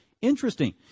Interesting